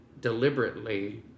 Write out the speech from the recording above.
deliberately